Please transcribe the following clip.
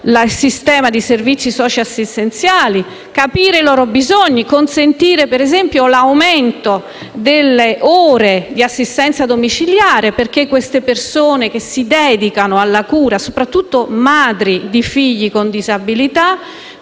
il sistema dei servizi socioassistenziali, capire i loro bisogni e consentire, ad esempio, l'aumento delle ore di assistenza domiciliare, perché le persone che si dedicano alla cura - soprattutto le madri di figli con disabilità